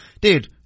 Dude